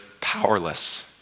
powerless